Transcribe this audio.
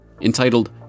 Entitled